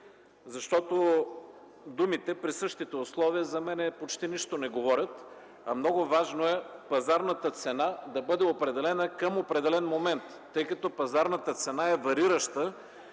Защото думите „при същите условия” за мен почти нищо не говорят, а е много важно пазарната цена да бъде определена към определен момент, тъй като пазарната цена е варираща